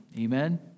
Amen